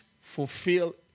fulfill